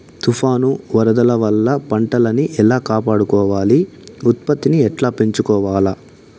తుఫాను, వరదల వల్ల పంటలని ఎలా కాపాడుకోవాలి, ఉత్పత్తిని ఎట్లా పెంచుకోవాల?